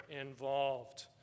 involved